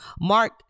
Mark